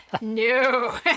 No